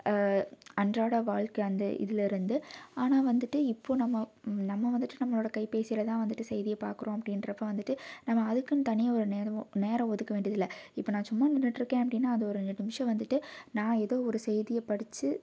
அன்றாட வாழ்க்கை அந்த இதிலருந்து ஆனால் வந்துட்டு இப்போது நம்ம நம்ம வந்துட்டு நம்மளோடய கைபேசியில் தான் வந்துட்டு செய்தியை பார்க்கறோம் அப்படின்றப்ப வந்துட்டு நம்ம அதுக்குன்னு தனியாக ஒரு நேரமோ நேரம் ஒதுக்க வேண்டியதில்லை இப்போ நான் சும்மா நின்றுட்ருக்கேன் அப்படின்னா அது ஒரு ரெண்டு நிமிஷம் வந்துட்டு நான் ஏதோ ஒரு செய்தியை படிச்சு